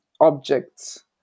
objects